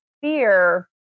fear